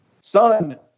son